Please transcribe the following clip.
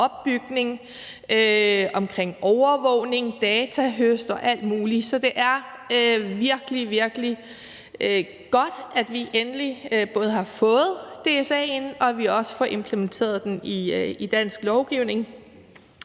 opbygning, overvågning, datahøst og alt muligt. Så det er virkelig, virkelig godt, at vi endelig både har fået DSA'en, og at vi også får implementeret den i dansk lovgivning.